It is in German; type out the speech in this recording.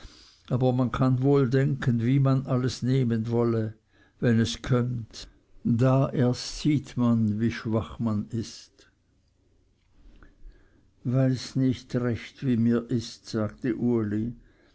aber man kann wohl denken wie man alles nehmen wolle wenn es kömmt da erst sieht man wie schwach man ist weiß nicht recht wie mir ist sagte uli